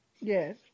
Yes